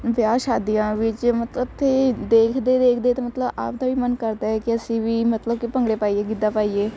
ਵਿਆਹ ਸ਼ਾਦੀਆਂ ਵਿੱਚ ਮਤਲਬ ਉਥੇ ਦੇਖਦੇ ਦੇਖਦੇ ਤਾਂ ਮਤਲਬ ਆਪ ਦਾ ਵੀ ਮਨ ਕਰਦਾ ਕਿ ਅਸੀਂ ਵੀ ਮਤਲਬ ਕਿ ਭੰਗੜੇ ਪਾਈਏ ਗਿੱਧਾ ਪਾਈਏ